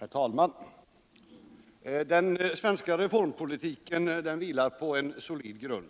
Herr talman! Den svenska reformpolitiken vilar på en solid grund.